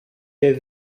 del